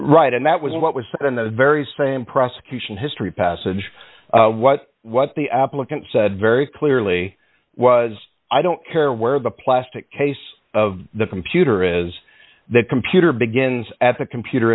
right and that was what was in the very same prosecution history passage what what the applicant said very clearly was i don't care where the plastic case of the computer is the computer begins at the computer